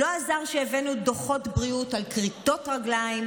לא עזר שהבאנו דוחות בריאות על כריתות רגליים,